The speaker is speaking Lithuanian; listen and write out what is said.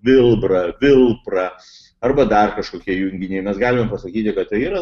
vilbra vilpra arba dar kažkokie junginiai mes galime pasakyti kad tai yra